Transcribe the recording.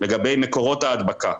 לגבי מקורות ההדבקה.